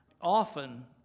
often